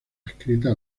adscrita